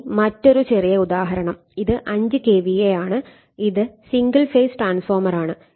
ഇനി മറ്റൊരു ചെറിയ ഉദാഹരണം ഇത് 5 KVA ആണ് ഇത് സിംഗിൾ ഫേസ് ട്രാൻസ്ഫോർമർ ആണ്